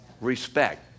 Respect